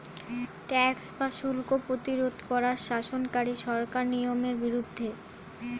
tax বা শুল্ক প্রতিরোধ করা শাসনকারী সরকারের নিয়মের বিরুদ্ধে